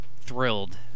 thrilled